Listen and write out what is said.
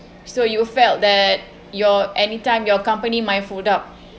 so you felt that your anytime your company might fold up